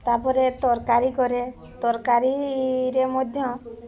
ତା'ପରେ ତରକାରୀ କରେ ତରକାରୀରେ ମଧ୍ୟ